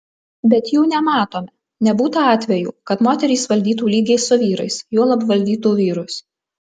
bet jų nematome nebūta atvejų kad moterys valdytų lygiai su vyrais juolab valdytų vyrus